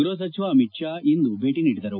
ಗ್ಲಹ ಸಚಿವ ಅಮಿತ್ ಶಾ ಇಂದು ಭೇಟಿ ನೀಡಿದರು